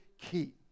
key